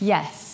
Yes